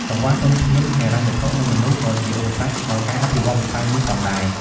កង្វះធនធានហិរញ្ញវត្ថុ និងមនុស្ស ក៏ជាឧបសគ្គដល់ការអភិវឌ្ឍវិស័យនេះផងដែរ។